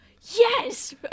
Yes